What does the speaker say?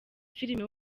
filime